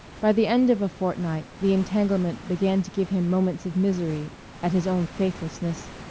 by the end of a fortnight the entanglement began to give him moments of misery at his own faithlessness.